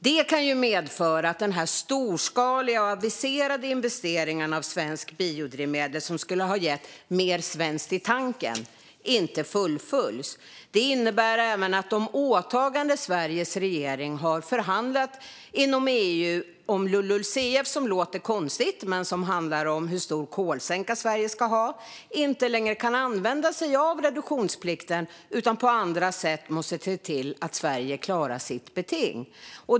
Det kan medföra att de storskaliga aviserade investeringarna i svenska biodrivmedel, som skulle ha gett mer svenskt i tanken, inte fullföljs. De åtaganden som Sveriges regering har förhandlat om inom EU om LULUCF, och som handlar om hur stor kolsänka Sverige ska ha, innebär att man inte längre kan använda sig av reduktionsplikten utan på andra sätt måste se till att Sverige klarar sitt beting.